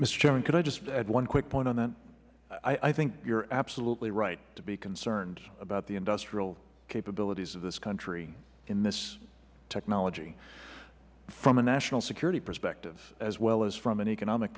chairman could i just add one quick point on that i think you are absolutely right to be concerned about the industrial capabilities of this country in this technology from a national security perspective as well as from an economic